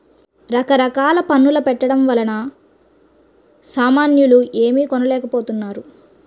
రకరకాల పన్నుల పెట్టడం వలన సామాన్యులు ఏమీ కొనలేకపోతున్నారు